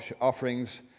offerings